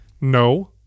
No